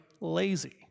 lazy